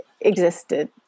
existed